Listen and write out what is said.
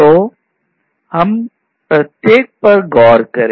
तो हम प्रत्येक पर गौर करें